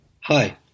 Hi